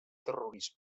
terrorisme